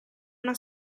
una